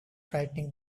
frightening